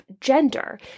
gender